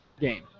game